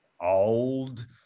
old